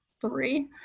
three